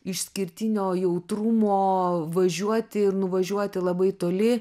išskirtinio jautrumo važiuoti ir nuvažiuoti labai toli